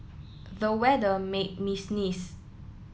the weather made me sneeze